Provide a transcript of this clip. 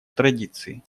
традиции